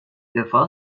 defa